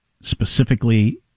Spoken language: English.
specifically